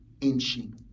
inching